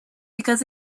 because